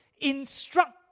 Instruct